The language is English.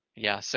yeah so